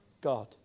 God